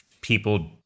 people